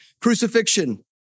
crucifixion